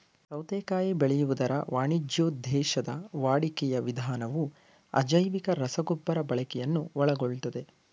ಸೌತೆಕಾಯಿ ಬೆಳೆಯುವುದರ ವಾಣಿಜ್ಯೋದ್ದೇಶದ ವಾಡಿಕೆಯ ವಿಧಾನವು ಅಜೈವಿಕ ರಸಗೊಬ್ಬರ ಬಳಕೆಯನ್ನು ಒಳಗೊಳ್ತದೆ